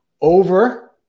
over